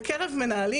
בקרב מנהלים,